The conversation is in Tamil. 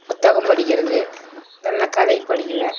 புத்தகம் படிக்கிறது நல்ல கதையும் படிக்குவேன்